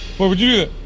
why would you